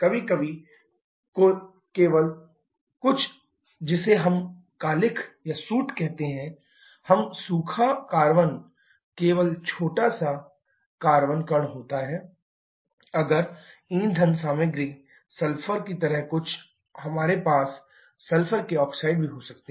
कभी कभी केवल कुछ जिसे हम कालिख कहते हैं वह सूखा कार्बन केवल छोटा सा कार्बन कण होता है अगर ईंधन सामग्री सल्फर की तरह कुछ हमारे पास सल्फर के ऑक्साइड भी हो सकते हैं